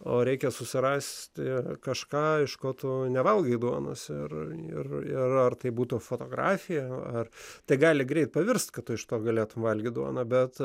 o reikia susirasti kažką iš ko tu nevalgai duonos ir ar tai būtų fotografija ar tai gali greit pavirst kad iš to galėtum valgyt duoną bet